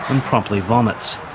and promptly vomits.